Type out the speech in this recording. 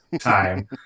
time